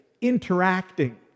interacting